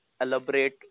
elaborate